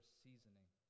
seasoning